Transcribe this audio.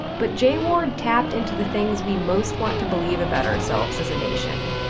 but j ward tapped into the things we most want to believe about ourselves as a nation.